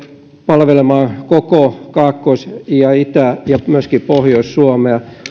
palvelemaan koko kaakkois itä ja myöskin pohjois suomea